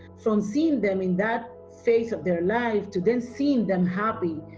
from seeing them in that phase of their life to then seeing them happy,